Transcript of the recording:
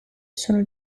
sono